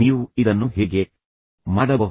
ನೀವು ಇದನ್ನು ಹೇಗೆ ಮಾಡಬಹುದು